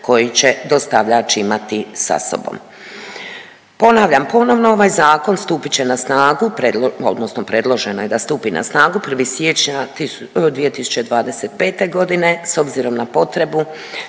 koji će dostavljač imati sa sobom. Ponavljam ponovno, ovaj zakon stupit će na snagu odnosno predloženo je stupi na snagu 1. siječnja 2025.g. s obzirom na potrebu